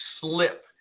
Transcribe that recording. slip